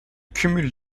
cumul